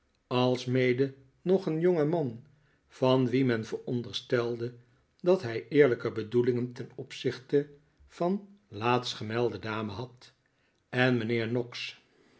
almede nog een jongeman van wien men veronderstelde dat hij eerlijke bedoelingen ten opzichte van laatstgemelde dame had en mijnheer noggs